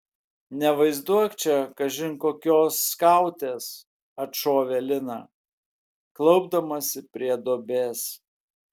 nevaizduok čia kažin kokios skautės atšovė lina klaupdamasi prie duobės